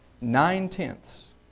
Nine-tenths